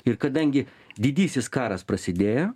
ir kadangi didysis karas prasidėjo